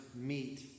meet